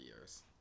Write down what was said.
years